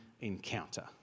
encounter